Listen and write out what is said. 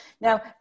Now